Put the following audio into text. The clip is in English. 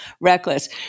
reckless